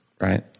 Right